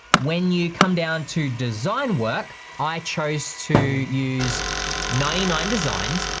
when you come down to design work i chose to use ninety nine designs.